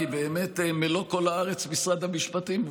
כי באמת מלוא כל הארץ משרד המשפטים,